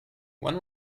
when